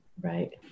right